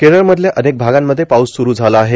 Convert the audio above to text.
केरळमधल्या अनेक भागांमध्ये पाऊस स्रू झाला आहे